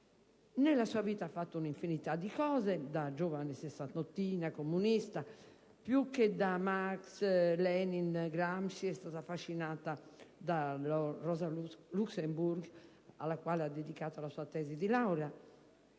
Nella sua vita ha fatto un'infinità di cose. Da giovane sessantottina comunista, più che da Marx, Lenin e Gramsci, è stata affascinata da Rosa Luxemburg, alla quale ha dedicato la sua tesi di laurea